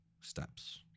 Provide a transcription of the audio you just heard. steps